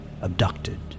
abducted